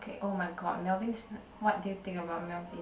okay oh-my-god Melvin's what do you think about Melvin